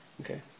Okay